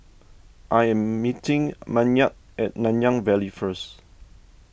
I am meeting Maynard at Nanyang Valley first